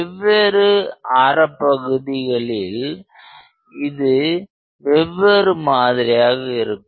வெவ்வேறு ஆரப்பகுதிகளில் இது வெவ்வேறு மாதிரியாக இருக்கும்